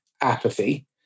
apathy